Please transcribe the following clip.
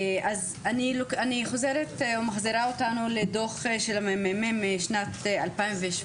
אני חוזרת ומחזירה אותנו לדוח של הממ"מ משנת 2017,